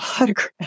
autograph